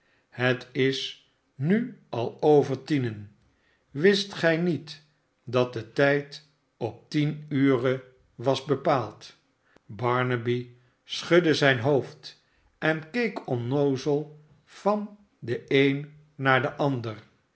het is nu al over tienen wist gij niet dat de tijd op tien ure was bepaald barnaby schudde zijn hoofd en keek onnoozel van den een naar den ander